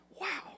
Wow